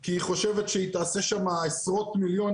כי היא חושבת שהיא תעשה שם עשרות מיליונים,